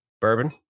bourbon